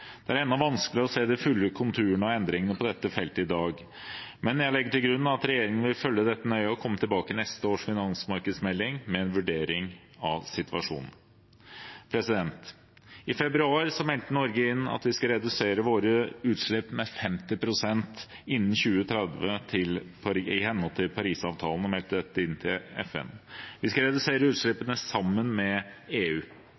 Det er ennå vanskelig å se de fulle konturene av endringene på dette feltet i dag, men jeg legger til grunn at regjeringen vil følge dette nøye og komme tilbake i neste års finansmarkedsmelding med en vurdering av situasjonen. I februar meldte Norge inn til FN at vi skal redusere våre utslipp med 50 pst. innen 2030 i henhold til Parisavtalen. Vi skal redusere utslippene sammen med EU. I går kom vi